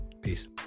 Peace